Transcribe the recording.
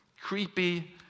creepy